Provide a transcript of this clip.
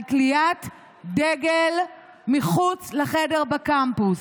על תליית דגל מחוץ לחדר בקמפוס.